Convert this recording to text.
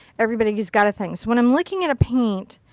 everybody's got a thing. so when i'm looking at a paint,